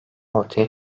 ortaya